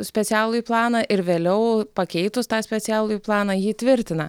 specialųjį planą ir vėliau pakeitus tą specialųjį planą jį tvirtina